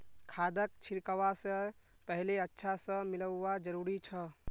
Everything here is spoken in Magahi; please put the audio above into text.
खादक छिड़कवा स पहले अच्छा स मिलव्वा जरूरी छ